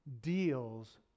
deals